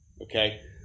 Okay